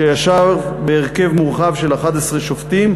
שישב בהרכב מורחב של 11 שופטים,